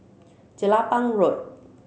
Jelapang Road